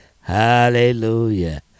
Hallelujah